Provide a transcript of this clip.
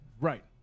Right